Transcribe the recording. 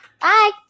Bye